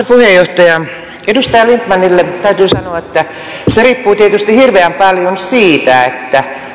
puheenjohtaja edustaja lindtmanille täytyy sanoa että se riippuu tietysti hirveän paljon siitä